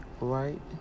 Right